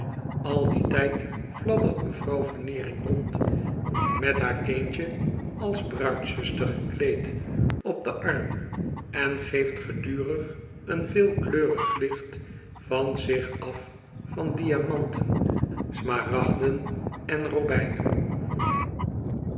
al dien tijd fladdert mevrouw veneering rond met haar kindje als bruidzuster gekleed op den arm en geeft gedurig een veelkleurig licht van zich af van diamanten smaragden en robijnen